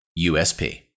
USP